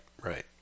right